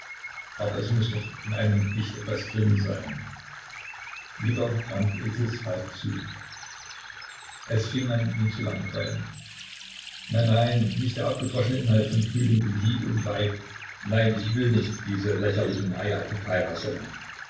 aber es muß doch in einem gedicht etwas drin sein wieder trank iltis falk zu es fing an ihn zu langweilen nein nein nicht der abgedroschene inhalt von frühling und liebe und weib nein ich will nicht diese lächerlichen